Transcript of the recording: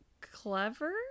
clever